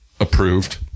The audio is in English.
approved